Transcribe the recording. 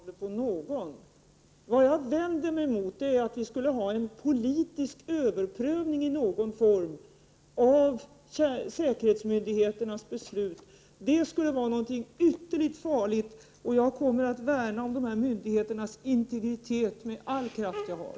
Herr talman! Det är inte sant, som Gudrun Schyman säger, att man försöker lägga munkavle på någon. Vad jag vänder mig emot är att vi skulle ha en politisk överprövning i någon form av säkerhetsmyndigheternas beslut. Det skulle vara någonting ytterligt farligt. Jag kommer att värna om dessa myndigheters integritet med all den kraft jag har.